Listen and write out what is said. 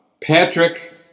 Patrick